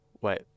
Wait